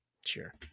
Sure